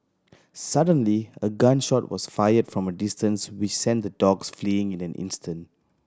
suddenly a gun shot was fired from a distance which sent the dogs fleeing in an instant